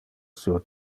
sur